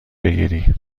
بگیری